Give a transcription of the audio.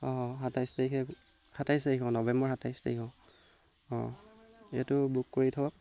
অঁ অঁ সাতাইছ তাৰিখে সাতাইছ তাৰিখ নৱেম্বৰৰ সাতাইছ তাৰিখ অঁ এইটো বুক কৰি থওঁক